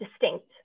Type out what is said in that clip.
distinct